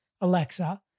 Alexa